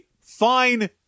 fine